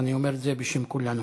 ואני אומר את זה בשם כולנו.